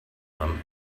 them